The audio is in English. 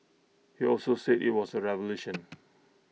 he also said IT was A revolution